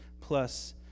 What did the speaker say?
plus